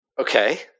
Okay